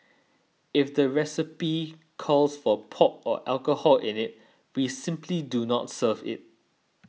if the recipe calls for pork or alcohol in it we simply do not serve it